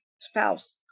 spouse